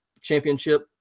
championship